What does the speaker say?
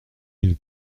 mille